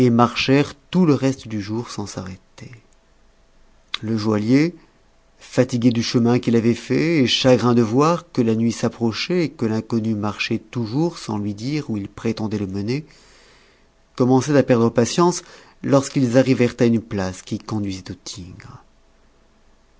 et marchèrent tout le reste du jour sans s'arrêter le joaillier fatigué du chemin qu'il avait fait et chagrin de voir que la nuit s'approchait et que l'inconnu marchait toujours sans lui dire où il prétendait le mener commençait a perdre patience lorsqu'ils arrivèrent à une place qui conduisait au tigre